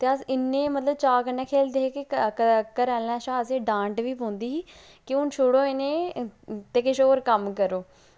ते अस इन्ने मतलब चाऽ कन्नै खेल्लदे हे कि क क घरै आह्लें शा असें डांट बी पौंदी ही कि हून छोड़ो इनें ते किश होर कम्म करो